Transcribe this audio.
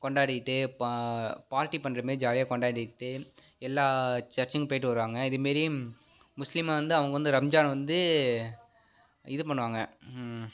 கொண்டாடிகிட்டு பா பார்ட்டி பண்ணுற மாரி ஜாலியாக கொண்டாடிகிட்டு எல்லா சர்ச்சிக்கும் போயிட்டு வருவாங்கள் இது மாரி முஸ்லீம் வந்து அவங்க வந்து ரம்ஜான் வந்து இது பண்ணுவாங்கள்